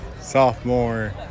sophomore